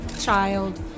child